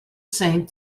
same